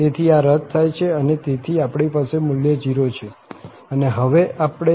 તેથી આ રદ થાય છે અને તેથી આપણી પાસે મૂલ્ય 0 છે અને હવે આપણે પ્રથમને સરળ બનાવી શકીએ છીએ